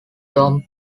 tom